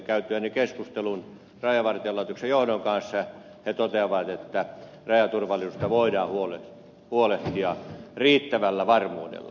kävin keskustelun rajavartiolaitoksen johdon kanssa ja he toteavat että rajaturvallisuudesta voidaan huolehtia riittävällä varmuudella